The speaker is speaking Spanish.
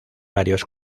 varios